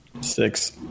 Six